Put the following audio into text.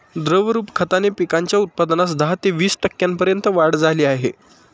द्रवरूप खताने पिकांच्या उत्पादनात दहा ते वीस टक्क्यांपर्यंत वाढ झाली आहे